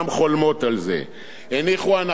הניחו הנחה שמרנית בגביית מסים.